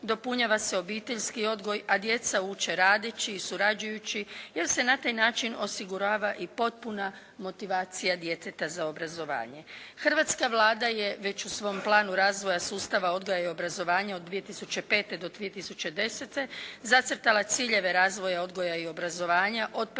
dopunjava se obiteljski odgoj, a djeca uče radeći i surađujući jer se na taj način osigurava i potpuna motivacija djeteta za obrazovanje. Hrvatska Vlada je već u svom planu razvoja sustava odgoja i obrazovanja od 20005. do 2010. zacrtala ciljeve razvoja odgoja i obrazovanja od predškolske